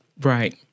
Right